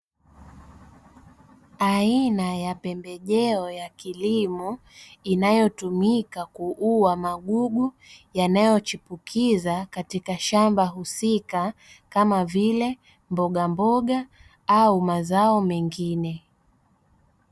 Aina ya pembejeo ya kilimo inayotumika kuua magugu yanayochipukiza katika shamba husika, kama vile mbogamboga au mazao mengine.